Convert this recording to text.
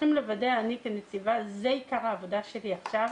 אני כנציבה, זה עיקר העבודה שלי עכשיו,